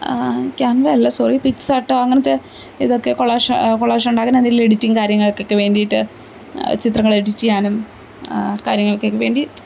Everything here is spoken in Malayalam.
ക്യാൻവ അല്ല സോറി പിക്സാര്ട്ടോ അങ്ങനത്തെ ഇതൊക്കെ കൊളാഷ് ഉണ്ടാക്കാന് അതില് എഡിറ്റിങ്ങ് കാര്യങ്ങൾക്കൊക്കെ വേണ്ടിയിട്ട് ചിത്രങ്ങള് എഡിറ്റ് ചെയ്യാനും കാര്യങ്ങൾക്കൊക്കെ വേണ്ടി